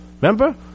remember